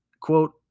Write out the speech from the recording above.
quote